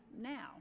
now